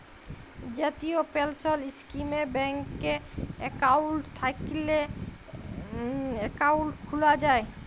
জাতীয় পেলসল ইস্কিমে ব্যাংকে একাউল্ট থ্যাইকলে একাউল্ট খ্যুলা যায়